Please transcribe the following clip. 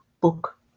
Book